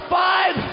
five